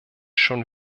schon